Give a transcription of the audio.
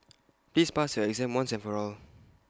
please pass your exam once and for all